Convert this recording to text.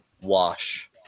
wash